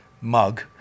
mug